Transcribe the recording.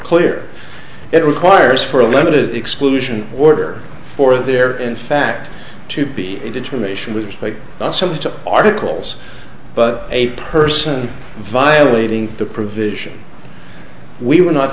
clear it requires for a limited exclusion order for there in fact to be a determination would also have to articles but a person violating the provision we were not